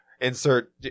insert